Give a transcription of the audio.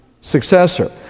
successor